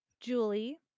Julie